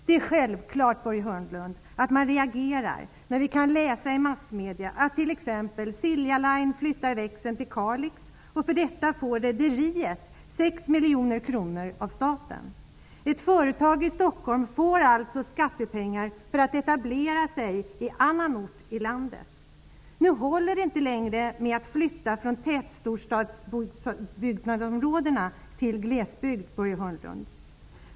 Det är självklart, Börje Hörnlund, att man reagerar när man i massmedierna läser att t.ex. Silja Line flyttar växeln till Kalix och att rederiet får 6 miljoner kronor av staten för detta. Ett företag i Stockholm får alltså skattepengar för att etablera sig i annan ort i landet. Nu håller det inte längre med att flytta från tätbebyggda storstadsområden till glesbygd, Börje Hörnlund.